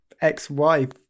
ex-wife